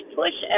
push